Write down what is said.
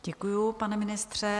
Děkuju, pane ministře.